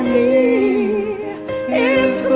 a is